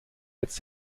jetzt